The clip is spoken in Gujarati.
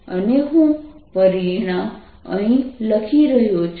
અને હું પરિણામ અહીં લખી રહ્યો છું